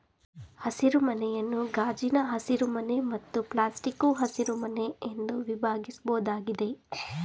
ಹಸಿರುಮನೆಯನ್ನು ಗಾಜಿನ ಹಸಿರುಮನೆ ಮತ್ತು ಪ್ಲಾಸ್ಟಿಕ್ಕು ಹಸಿರುಮನೆ ಎಂದು ವಿಭಾಗಿಸ್ಬೋದಾಗಿದೆ